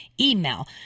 email